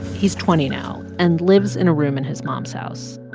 he's twenty now and lives in a room in his mom's house.